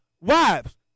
wives